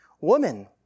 Woman